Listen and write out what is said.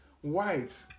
white